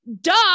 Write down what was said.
Duh